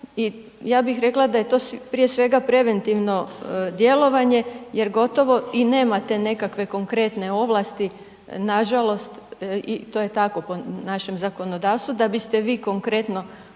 ja bih rekla da je to prije svega preventivno djelovanje, jer gotovo i nemate te nekakve konkretne ovlasti, nažalost i to je tako po našem zakonodavstvu, da biste vi konkretno